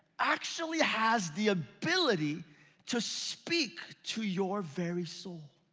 actually has the ability to speak to your very soul.